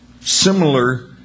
similar